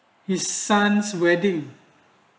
his son's wedding